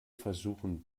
versuchen